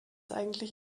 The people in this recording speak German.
eigentlich